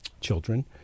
children